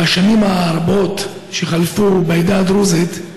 בשנים הרבות שחלפו, בעדה הדרוזית,